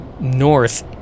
north